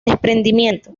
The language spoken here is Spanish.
desprendimiento